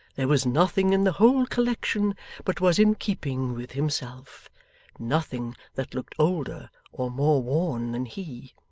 there was nothing in the whole collection but was in keeping with himself nothing that looked older or more worn than he.